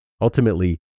Ultimately